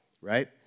right